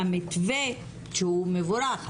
שהמתווה שהוא מבורך,